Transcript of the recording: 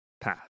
path